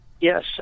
Yes